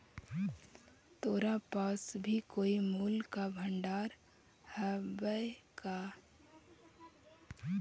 तोरा पास भी कोई मूल्य का भंडार हवअ का